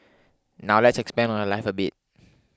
now let's expand on her life a bit